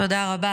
תודה רבה.